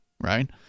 right